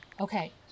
Okay